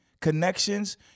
connections